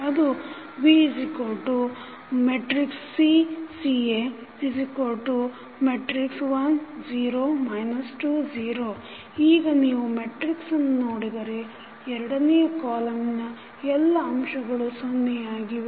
ಅದು VC CA 1 0 2 0 ಈಗ ನೀವು ಈ ಮೆಟ್ರಿಕ್ಸನ್ನು ನೋಡಿದರೆ ಎರಡನೆಯ ಕಾಲಮ್ columnನ ಎಲ್ಲ ಅಂಶಗಳೂ ಸೊನ್ನೆಯಾಗಿವೆ